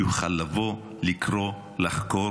יוכלו לבוא, לקרוא ולחקור.